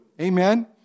Amen